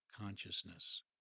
consciousness